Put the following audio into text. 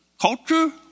culture